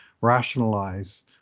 rationalize